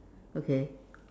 okay